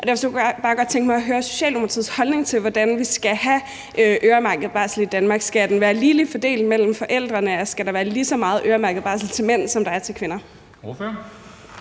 EU. Derfor kunne jeg bare godt tænke mig at høre Socialdemokratiets holdning til, hvordan vi skal have øremærket barsel i Danmark. Skal den være ligeligt fordelt mellem forældrene, altså skal der være lige så meget øremærket barsel til mænd, som der er til kvinder?